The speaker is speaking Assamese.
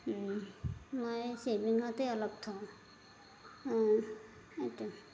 মই চভিঙতে অলপ থওঁ এইটো